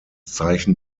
zeichen